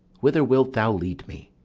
whither wilt thou lead me?